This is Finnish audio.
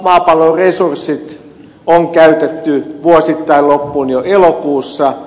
maapallon resurssit on käytetty vuosittain loppuun jo elokuussa